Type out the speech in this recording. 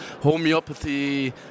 homeopathy